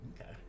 okay